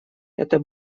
это